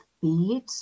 feet